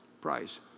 price